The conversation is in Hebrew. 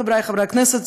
חברי חברי הכנסת,